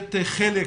שנהיית חלק